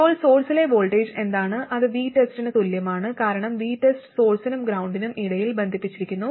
ഇപ്പോൾ സോഴ്സിലെ വോൾട്ടേജ് എന്താണ് അത് VTEST ന് തുല്യമാണ് കാരണം VTEST സോഴ്സിനും ഗ്രൌണ്ടിനും ഇടയിൽ ബന്ധിപ്പിച്ചിരിക്കുന്നു